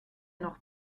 noch